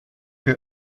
que